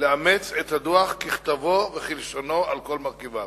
לאמץ את הדוח ככתבו וכלשונו, על כל מרכיביו.